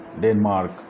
Denmark